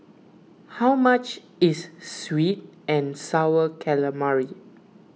how much is Sweet and Sour Calamari